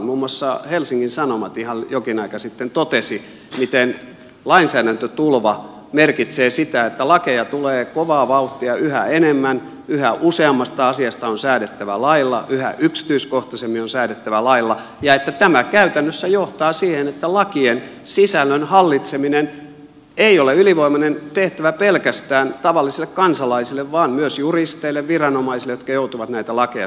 muun muassa helsingin sanomat ihan jokin aika sitten totesi miten lainsäädäntötulva merkitsee sitä että lakeja tulee kovaa vauhtia yhä enemmän yhä useammasta asiasta on säädettävä lailla yhä yksityiskohtaisemmin on säädettävä lailla ja että tämä käytännössä johtaa siihen että lakien sisällön hallitseminen ei ole ylivoimainen tehtävä pelkästään tavallisille kansalaisille vaan myös juristeille viranomaisille jotka joutuvat näitä lakeja soveltamaan